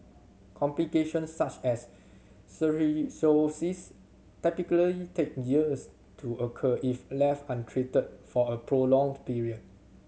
complications such as cirrhosis typically take years to occur if left untreated for a prolonged period